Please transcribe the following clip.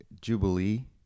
jubilee